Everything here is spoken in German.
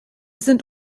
sind